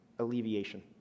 alleviation